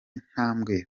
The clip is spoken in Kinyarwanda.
ntambwe